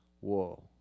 Whoa